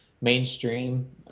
mainstream